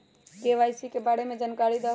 KYC के बारे में जानकारी दहु?